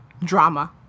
drama